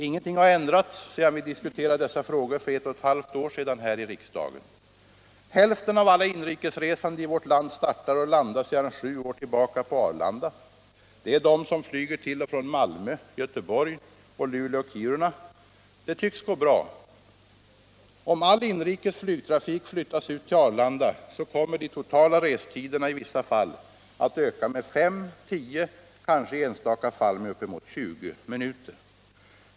Ingenting har ändrats sedan vi diskuterade dessa frågor för ett och ett halvt år sedan här i riksdagen. Hälften av alla inrikesresande i vårt land startar och landar sedan sju år tillbaka på Arlanda. Det är de som flyger till och från Malmö, Göteborg och Luleå-Kiruna. Det tycks gå bra. Om all inrikes flygtrafik flyttas ut till Arlanda, kommer de totala restiderna i vissa fall att öka med fem, tio, kanske i enstaka fall uppemot 20 minuter.